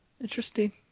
Interesting